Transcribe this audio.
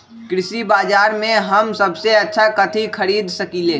कृषि बाजर में हम सबसे अच्छा कथि खरीद सकींले?